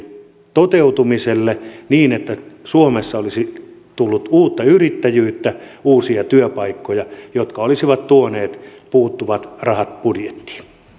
toteutumiselle niin että suomessa olisi tullut uutta yrittäjyyttä uusia työpaikkoja jotka olisivat tuoneet puuttuvat rahat budjettiin